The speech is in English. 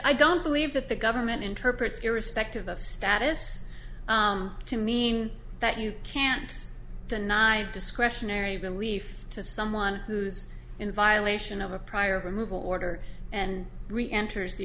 i don't believe that the government interprets irrespective of status to mean that you can't deny discretionary relief to someone who's in violation of a prior removal order and re enters the